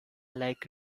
like